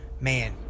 Man